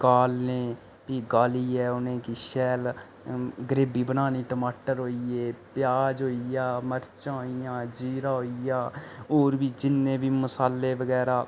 गालने फ्ही गालियै उ'नेंई शैल ग्रेवी बनानी टमाटर होई गे प्याज होई गेआ मर्चा होई गेइयां जीरा होई गेआ होर बी जिन्ने बी मसाले बगैरा